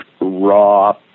raw